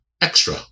extra